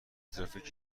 ترافیک